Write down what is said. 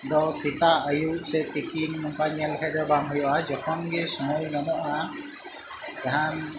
ᱫᱚ ᱥᱮᱛᱟᱜ ᱟᱹᱭᱩᱵ ᱥᱮ ᱛᱤᱠᱤᱱ ᱱᱚᱝᱠᱟ ᱧᱮᱞ ᱞᱮᱠᱷᱟᱱ ᱫᱚ ᱵᱟᱝ ᱦᱩᱭᱩᱜᱼᱟ ᱡᱚᱠᱷᱚᱱ ᱜᱮ ᱥᱩᱢᱟᱹᱭ ᱧᱟᱢᱚᱜᱼᱟ ᱡᱟᱦᱟᱱ